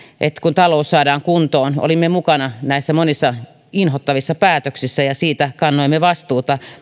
että kun talous saadaan kuntoon olimme mukana näissä monissa inhottavissa päätöksissä ja siitä kannoimme vastuuta